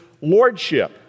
lordship